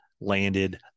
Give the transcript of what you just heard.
landed